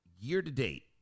year-to-date